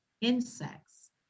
insects